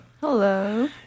Hello